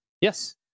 Yes